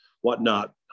whatnot